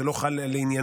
זה לא חל לעניינם,